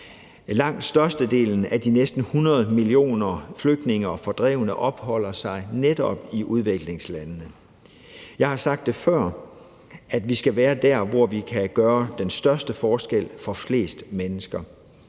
Langt størstedelen af de næsten 100 millioner flygtninge og fordrevne opholder sig netop i udviklingslandene. Jeg har sagt det før: Vi skal være der, hvor vi kan gøre den største forskel for flest mennesker.